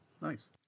Nice